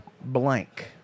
blank